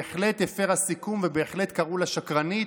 בהחלט הפרה סיכום ובהחלט קראו לה שקרנית.